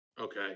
Okay